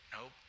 Nope